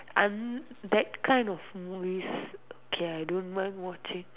um that kind of movies okay I don't mind watching